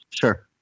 Sure